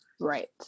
Right